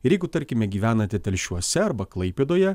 ir jeigu tarkime gyvenate telšiuose arba klaipėdoje